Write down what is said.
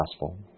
gospel